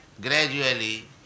gradually